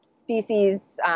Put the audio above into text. Species